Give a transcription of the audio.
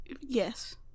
yes